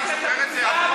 אני זוכר את זה.